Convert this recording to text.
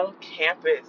campus